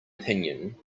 opinion